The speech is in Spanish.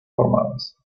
formadas